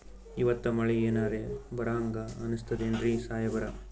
ಇವತ್ತ ಮಳಿ ಎನರೆ ಬರಹಂಗ ಅನಿಸ್ತದೆನ್ರಿ ಸಾಹೇಬರ?